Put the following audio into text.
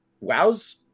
wow's